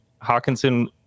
Hawkinson